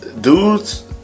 Dudes